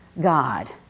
God